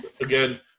Again